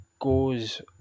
goes